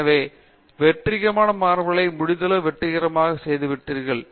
எனவே வெற்றிகரமான மாணவர்களை முடிந்தளவு வெற்றிகரமாக செய்துவிட்டீர்கள்